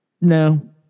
No